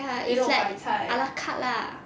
ya it's like a la carte lah